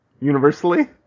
universally